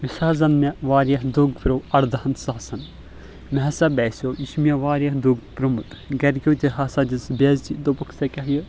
یُس حظ زن مےٚ واریاہ دروٚگ پیوٚو اَردہن ساسن مےٚ ہسا باسیو یہِ چھ مےٚ واریاہ دروٚگ پیوٛمُت گرِکیو تہِ ہسا دِژ بے عزتی دوٚپُکھ ژےٚ کیٛاہ یہِ